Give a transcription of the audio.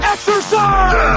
Exercise